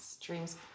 dreams